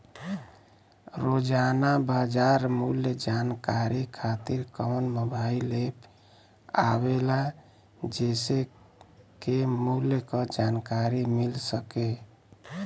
रोजाना बाजार मूल्य जानकारी खातीर कवन मोबाइल ऐप आवेला जेसे के मूल्य क जानकारी मिल सके?